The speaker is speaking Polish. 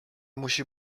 musi